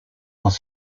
dans